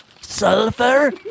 sulfur